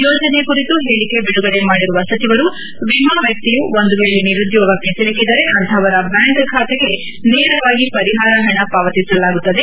ಯೋಜನೆ ಕುರಿತು ಹೇಳಿಕೆ ಬಿಡುಗಡೆ ಮಾಡಿರುವ ಸಚಿವರು ವಿಮಾ ವ್ಯಕ್ತಿಯು ಒಂದು ವೇಳೆ ನಿರುದ್ಯೋಗಕ್ಕೆ ಸಿಲುಕಿದರೆ ಅಂಥವರ ಬ್ಯಾಂಕ್ ಖಾತೆಗೆ ನೇರವಾಗಿ ಪರಿಹಾರ ಹಣ ಪಾವತಿಸಲಾಗತ್ತದೆ